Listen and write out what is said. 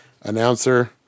announcer